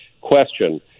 question